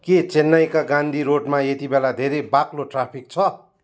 के चेन्नाईका गान्धी रोडमा यतिबेला धेरै बाक्लो ट्राफिक छ